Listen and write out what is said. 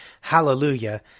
Hallelujah